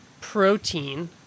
protein